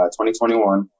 2021